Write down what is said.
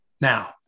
Now